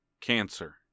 Cancer